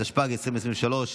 התשפ"ג 2023,